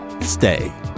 Stay